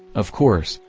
of course,